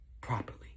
properly